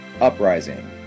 Uprising